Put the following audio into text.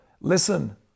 listen